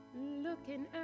Looking